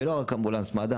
ולא רק אמבולנס מד"א.